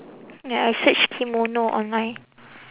ya I search kimono online